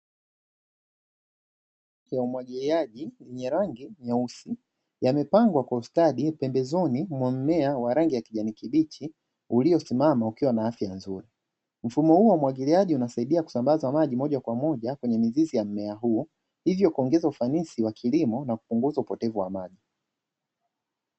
Mabomba ya umwagiliaji yenye rangi nyeusi, yamepangwa kwa ustadi pembezoni mwa mmea wa rangi ya kijani kibichi, uliosimama ukiwa na afya nzuri. Mfumo huu wa umwagiliaji unasaidia kusambaza maji moja kwa moja kwenye mizizi ya mmea huo, hivyo kuongeza ufanisi wa kilimo na kupunguza upotevu wa maji.